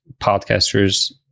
podcasters